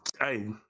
Hey